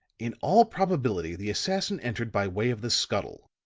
in all probability the assassin entered by way of the scuttle.